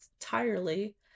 entirely